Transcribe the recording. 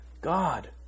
God